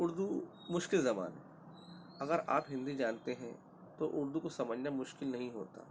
اردو مشکل زبان ہے اگر آپ ہندی جانتے ہیں تو اردو کو سمجھنا مشکل نہیں ہوتا